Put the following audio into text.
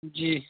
جی